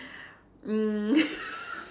mm